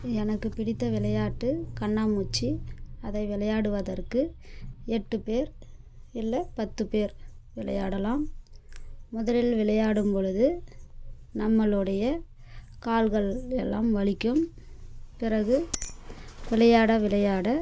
எனக்கு பிடித்த விளையாட்டு கண்ணாமூச்சி அதை விளையாடுவதற்கு எட்டு பேர் இல்லை பத்து பேர் விளையாடலாம் முதலில் விளையாடும்பொழுது நம்மளோடைய கால்கள் எல்லாம் வலிக்கும் பிறகு விளையாட விளையாட